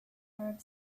arab